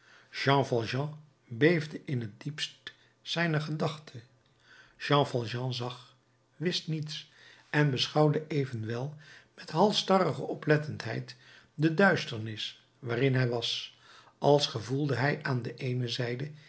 beefde in het diepst zijner gedachte jean valjean zag wist niets en beschouwde evenwel met halsstarrige oplettendheid de duisternis waarin hij was als gevoelde hij aan de eene zijde